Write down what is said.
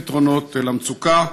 פתרונות למצוקה,